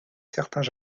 certains